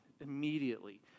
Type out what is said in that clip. immediately